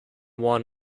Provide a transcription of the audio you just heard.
won